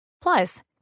Plus